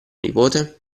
nipote